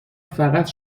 فقط